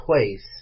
place